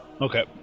Okay